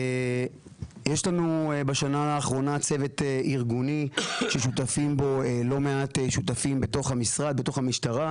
יש לנו בשנה האחרונה צוות ארגוני ששותפים בו לא מעט שותפים בתוך המשרד,